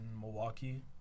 Milwaukee